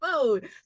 food